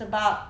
sebab